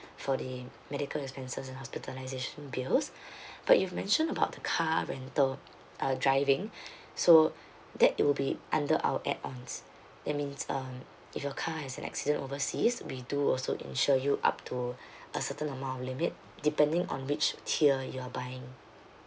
for the medical expenses and hospitalization bills but you've mentioned about the car rental uh driving so that it will be under our add ons that means um if your car has an accident overseas we do also insure you up to a certain amount of limit depending on which tier you're buying